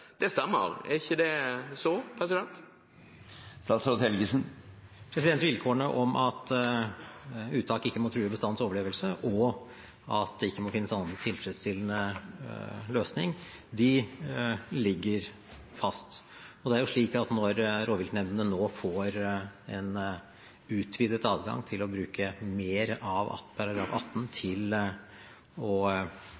Det stemmer – er det ikke så? Vilkårene om at uttak ikke må true bestandens overlevelse, og at det ikke må finnes annen tilfredsstillende løsning, ligger fast. Det er slik at når rovviltnemndene nå får en utvidet adgang til å bruke mer av § 18